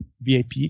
VIP